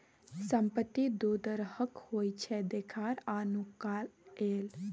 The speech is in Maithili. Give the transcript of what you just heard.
संपत्ति दु तरहक होइ छै देखार आ नुकाएल